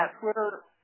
Twitter